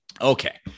Okay